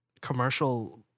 commercial